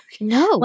No